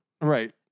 right